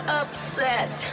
upset